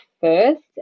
first